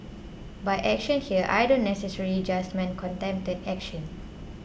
by action here I don't necessarily just mean contempt action